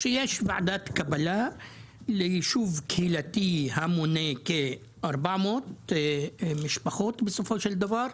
שיש ועדת קבלה ליישוב קהילתי המונה כ-400 משפחות בסופו של דבר,